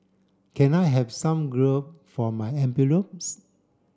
can I have some glue for my envelopes